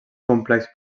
complex